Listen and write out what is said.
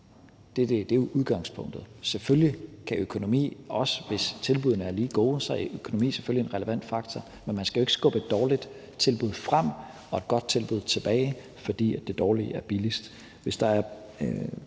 Det er udgangspunktet. Hvis tilbuddene er lige gode, er økonomi selvfølgelig en relevant faktor, men man skal jo ikke skubbe et dårligt tilbud frem og et godt tilbud tilbage, fordi det dårligere er billigst.